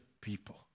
people